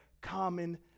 common